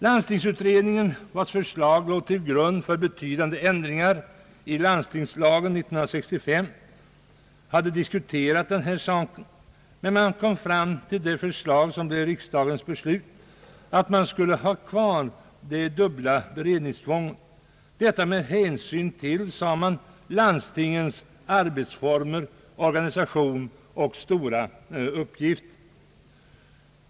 Landstingsutredningen, vars förslag låg till grund för betydande ändringar i landstingslagen år 1965, hade diskuterat denna fråga. Men man kom fram till det förslag som blev riksdagens beslut, att det dubbla beredningstvånget skulle vara kvar med hänsyn till — som man sade — landstingens arbetsformer, organisation och stora uppgift.